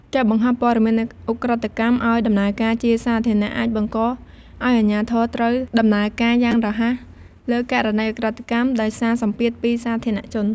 ការបង្ហោះព័ត៌មានឧក្រិដ្ឋកម្មឲ្យ ដំណើរការជាសាធារណៈអាចបង្កឱ្យអាជ្ញាធរត្រូវដំណើរការយ៉ាងរហ័ស លើករណីឧក្រិដ្ឋកម្ម ដោយសារសម្ពាធពីសាធារណជន។